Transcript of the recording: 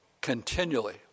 continually